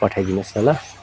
पठाइदिनुहोस् न ल